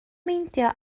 meindio